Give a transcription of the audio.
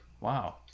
wow